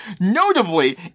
Notably